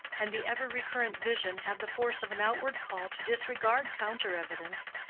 and the ever-recurrent vision had the force of an outward call to disregard counter-evidence,